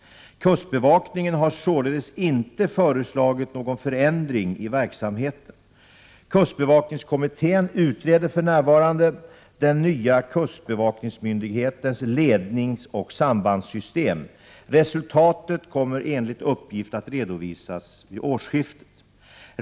Kustbevakningen har således inte föreslagit någon förändring i verksamheten. Kustbevakningskommittén utreder för närvarande den nya kustbevakningsmyndighetens ledningsoch sambandssystem. Resultatet kommer enligt uppgift att redovisas vid årsskiftet.